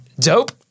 Dope